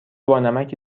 بانمکی